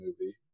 movie